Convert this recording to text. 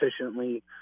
efficiently